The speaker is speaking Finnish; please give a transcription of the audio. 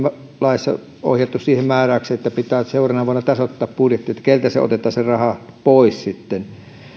laissa ohjattu siihen määräykseen että pitää seuraavana vuonna tasoittaa budjetti että keneltä se raha sitten